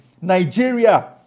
Nigeria